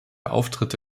auftritte